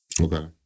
Okay